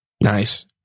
Nice